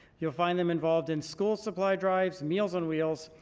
you'll find them involved in school supply drives, meals on wheels,